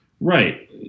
Right